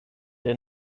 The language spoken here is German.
der